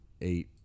eight